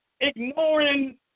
ignoring